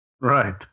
Right